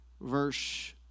Verse